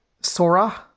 Sora